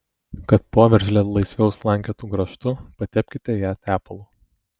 kad poveržlė laisviau slankiotų grąžtu patepkite ją tepalu